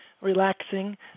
relaxing